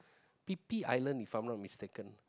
hippie island if I'm not mistaken